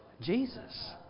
Jesus